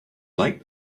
like